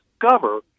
discover